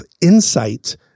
insight